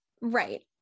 right